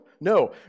No